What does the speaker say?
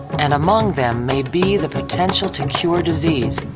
and among them may be the potential to cure disease,